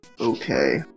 Okay